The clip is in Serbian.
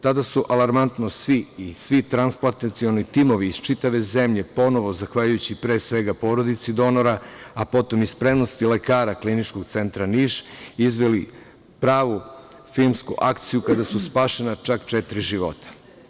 Tada su alarmantno svi i svi transplantacioni timovi iz čitave zemlje ponovo zahvaljujući pre svega, porodici donora, a potom i spremnosti lekara Kliničkog centra Niš izveli pravu filmsku akciju kada su spašena čak četiri života.